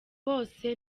bose